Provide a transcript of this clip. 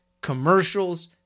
commercials